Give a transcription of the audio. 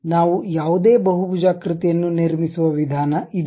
ನಾವು ಯಾವುದೇ ಬಹುಭುಜಾಕೃತಿಯನ್ನು ನಿರ್ಮಿಸುವ ವಿಧಾನ ಇದು